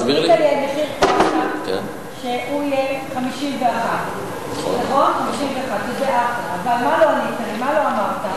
ענית לי על מחיר קרקע שהוא יהיה 51%. אבל מה לא אמרת?